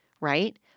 Right